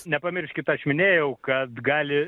nepamirškit aš minėjau kad gali